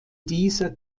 dieser